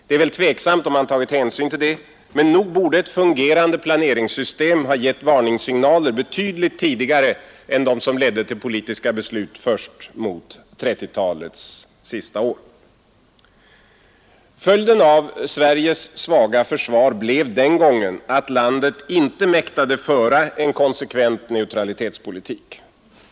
Det är väl tvivelaktigt om man tagit hänsyn till det, men nog borde ett fungerande planeringssystem ha gett varningssignaler betydligt tidigare än de som ledde till politiska beslut först mot 1930-talets sista år. Följden av Sveriges svaga försvar blev den gången att landet inte mäktade föra en konsekvent neutralitetspolitik.